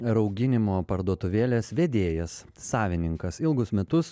rauginimo parduotuvėlės vedėjas savininkas ilgus metus